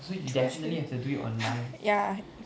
true true ya